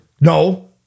No